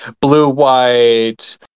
blue-white